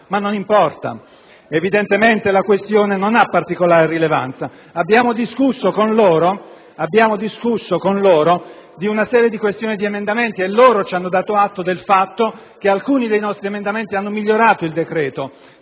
ma non importa: evidentemente la questione non ha particolare rilevanza), di una serie di questioni relative ad emendamenti e loro ci hanno dato atto del fatto che alcuni dei nostri emendamenti hanno migliorato il decreto.